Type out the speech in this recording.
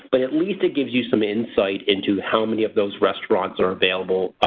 but at least it gives you some insight into how many of those restaurants are available,